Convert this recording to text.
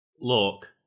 Look